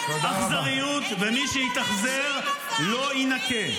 ומי שהתאכזר לא יינקה.